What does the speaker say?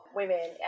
women